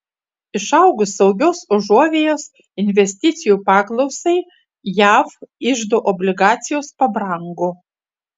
išaugus saugios užuovėjos investicijų paklausai jav iždo obligacijos pabrango